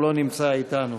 הוא לא נמצא אתנו.